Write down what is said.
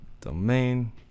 Domain